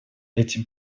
этим